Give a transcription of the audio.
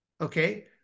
okay